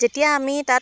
যেতিয়া আমি তাত